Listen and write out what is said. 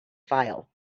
file